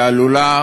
והיא עלולה,